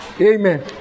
Amen